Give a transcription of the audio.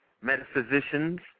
metaphysicians